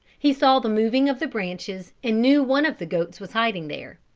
he saw the moving of the branches and knew one of the goats was hiding there.